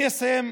אני אסיים,